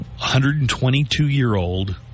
122-year-old